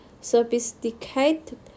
sophisticated